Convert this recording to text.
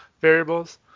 variables